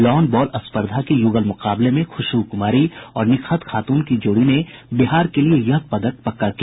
lawn ball स्पर्धा के युगल मुकाबले में खुशबू कुमारी और निकहत खातून की जोड़ी ने बिहार के लिये यह पदक पक्का किया